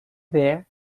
there